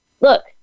look